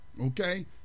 okay